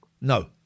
No